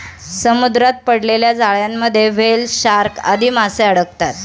समुद्रात पडलेल्या जाळ्यांमध्ये व्हेल, शार्क आदी माशे अडकतात